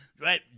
right